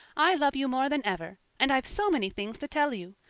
i love you more than ever and i've so many things to tell you.